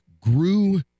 grew